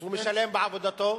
הוא משלם בעבודתו.